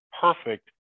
perfect